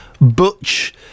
Butch